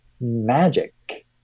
magic